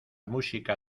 música